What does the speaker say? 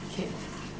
K